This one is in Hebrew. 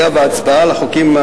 של חבר הכנסת זבולון אורלב.